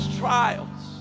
trials